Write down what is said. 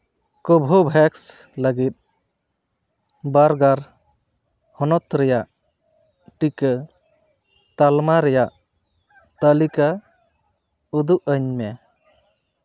ᱠᱳᱵᱷᱳᱵᱷᱮᱠᱥ ᱞᱟᱹᱜᱤᱫ ᱵᱟᱨᱜᱟᱨ ᱦᱚᱱᱚᱛ ᱨᱮᱭᱟᱜ ᱴᱤᱠᱟᱹ ᱛᱟᱞᱢᱟ ᱨᱮᱭᱟᱜ ᱛᱟᱹᱞᱤᱠᱟ ᱩᱫᱩᱜ ᱟᱹᱧ ᱢᱮ